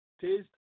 taste